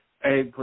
Hey